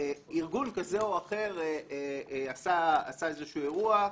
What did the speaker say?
שארגון כזה או אחר עשה איזשהו אירוע,